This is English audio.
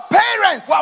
parents